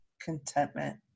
contentment